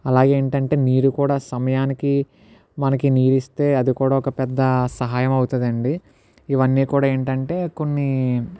అలాగే ఏంటంటే నీరు కూడా సమయానికి మనకి నీరు ఇస్తే అది కూడా ఒక పెద్ద సహాయం అవుతుందండి ఇవన్నీ కూడా ఏంటంటే కొన్ని